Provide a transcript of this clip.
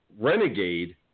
Renegade